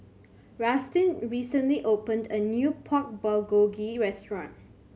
Rustin recently opened a new Pork Bulgogi Restaurant